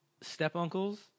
Step-uncles